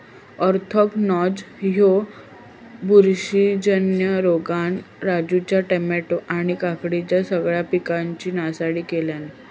anthracnose ह्या बुरशीजन्य रोगान राजूच्या टामॅटो आणि काकडीच्या सगळ्या पिकांची नासाडी केल्यानं